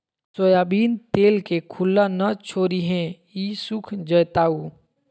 soybean तेल के खुल्ला न छोरीहें ई सुख जयताऊ